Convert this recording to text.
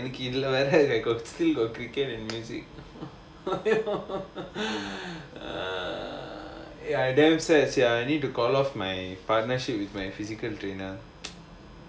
எனக்கு இதுல வேற:enakku idhula vera got three uh ya I damn sad sia I need to call off my partnership with my physical trainer